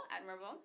admirable